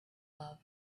love